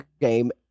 game